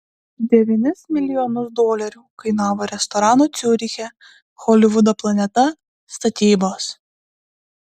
devynis milijonus dolerių kainavo restorano ciuriche holivudo planeta statybos